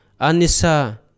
anisa